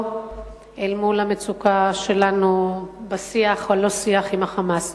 אל מול המצוקה שלנו בשיח או לא שיח עם ה"חמאס".